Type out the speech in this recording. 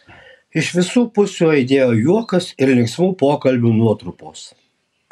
iš visu pusių aidėjo juokas ir linksmų pokalbių nuotrupos